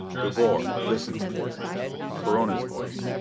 de boer, listen to me perona's voice.